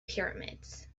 pyramids